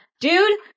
Dude